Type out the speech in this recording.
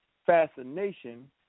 fascination